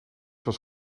was